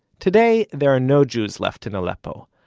today, there are no jews left in aleppo.